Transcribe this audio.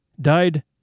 died